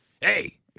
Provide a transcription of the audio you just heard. hey